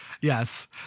Yes